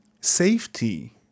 safety